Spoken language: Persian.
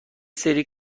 سری